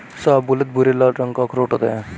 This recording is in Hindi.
शाहबलूत भूरे लाल रंग का अखरोट होता है